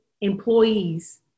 employees